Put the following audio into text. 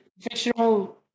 fictional